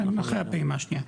אחרי הפעימה השנייה,